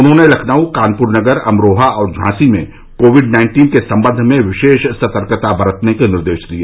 उन्होंने लखनऊ कानपुर नगर अमरोहा और झांसी में कोविड नाइन्टीन के सम्बंध में विशेष सतर्कता बरतने के निर्देश दिए